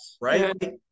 right